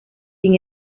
sin